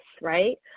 right